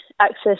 access